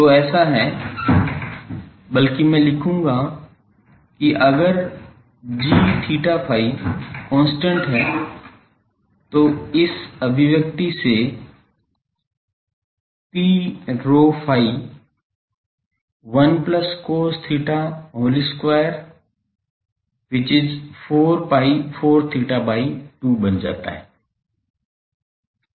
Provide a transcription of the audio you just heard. तो ऐसा है बल्कि मैं लिखूंगा कि अगर g𝛳ϕ कांस्टेंट है तो इस अभिव्यक्ति से Pρϕ 1 plus cos theta whole square which is 4 cos 4 theta by 2 बन जाता है